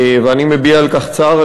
ואני מביע על כך צער.